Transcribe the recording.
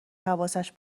حواسش